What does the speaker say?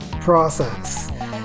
process